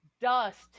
dust